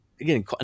again